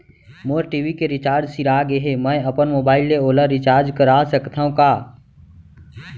मोर TV के recharge सिरा गे हे, मैं अपन मोबाइल ले ओला रिचार्ज करा सकथव का?